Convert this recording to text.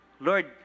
Lord